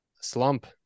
slump